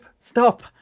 stop